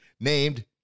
named